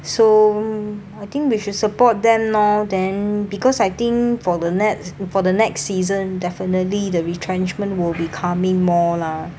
so I think we should support them lor then because I think for the nexts for the next season definitely the retrenchment will becoming more lah